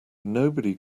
nobody